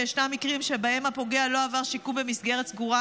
וישנם מקרים שבהם הפוגע לא עבר שיקום במסגרת סגורה.